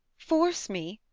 force me?